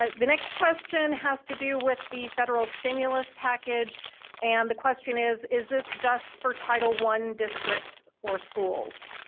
ah the next question has to do with the federal stimulus package and the question is is this just for title one districts or schools?